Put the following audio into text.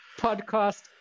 podcast